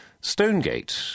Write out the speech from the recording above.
Stonegate